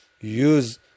use